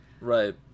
right